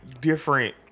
different